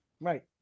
right